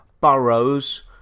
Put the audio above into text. Burrows